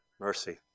Mercy